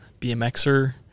bmxer